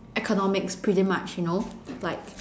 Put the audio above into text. economics pretty much you know like